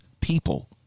people